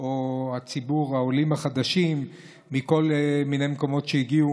או ציבור העולים החדשים שהגיעו מכל מיני מקומות.